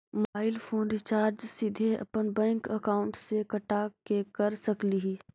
Mobile phone recharge सीधे अपन bank account से कटा के कर सकली ही?